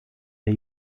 der